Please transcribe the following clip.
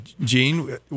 Gene